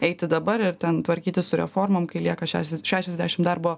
eiti dabar ir ten tvarkytis su reformom kai lieka šešias šešiasdešim darbo